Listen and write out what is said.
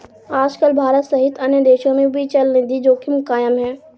आजकल भारत सहित अन्य देशों में भी चलनिधि जोखिम कायम है